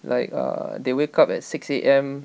like err they wake up at six A_M